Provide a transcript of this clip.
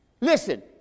Listen